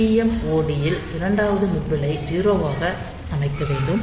TMOD ல் இரண்டாவது நிப்பிளை 0 ஆக அமைக்க வேண்டும்